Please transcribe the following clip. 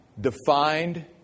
defined